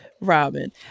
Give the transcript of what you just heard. Robin